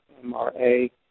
MRA